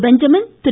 Benjamin Thiru